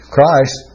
Christ